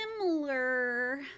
similar